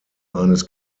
eines